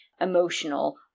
emotional